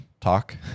talk